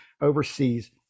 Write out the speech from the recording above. overseas